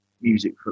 music